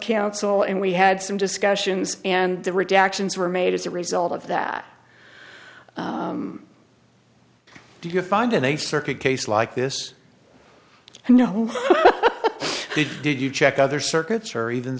counsel and we had some discussions and the redactions were made as a result of that did you find in a circuit case like this you know he did you check other circuits or even